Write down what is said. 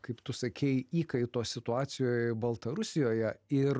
kaip tu sakei įkaito situacijoj baltarusijoje ir